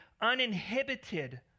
uninhibited